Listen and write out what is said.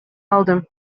алдым